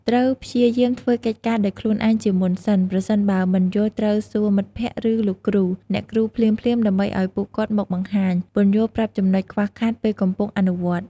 ត្រូវព្យាយាមធ្វើកិច្ចការដោយខ្លួនឯងជាមុនសិន ប្រសិនបើមិនយល់ត្រូវសួរមិត្តភក្តិ ឬលោកគ្រូ អ្នកគ្រូភ្លាមៗដើម្បីឱ្យពួកគាត់មកបង្ហាញ ពន្យល់ប្រាប់ចំណុចខ្វះខាតពេលកំពុងអនុវត្តន៍។